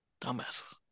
Dumbass